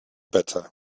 better